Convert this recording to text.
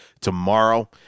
tomorrow